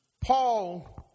Paul